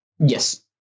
Yes